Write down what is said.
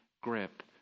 grip